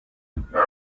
asimismo